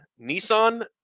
Nissan